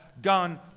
done